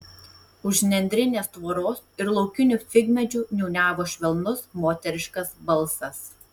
už nendrinės tvoros ir laukinių figmedžių niūniavo švelnus moteriškas balsas